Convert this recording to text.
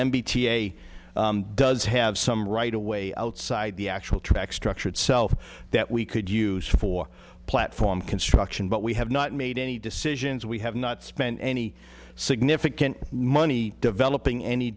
a does have some right away outside the actual track structure itself that we could use for platform construction but we have not made any decisions we have not spent any significant money developing any